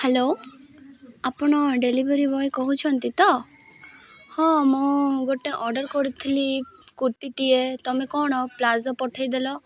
hello ଆପଣ delivery boy କହୁଛନ୍ତି ତ ହଁ ମୁଁ ଗୋଟେ ଅର୍ଡ଼ର କରିଥିଲି କୁର୍ତ୍ତୀଟିଏ ତମେ କ'ଣ ପ୍ଲାଜୋ ପଠେଇ ଦେଲ